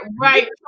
right